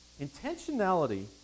Intentionality